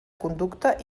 conducta